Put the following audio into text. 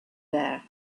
there